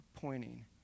pointing